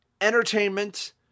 entertainment